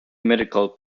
medical